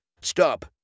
Stop